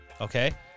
okay